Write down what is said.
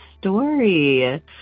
story